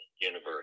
universe